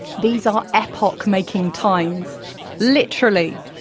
these are epoch-making times literally.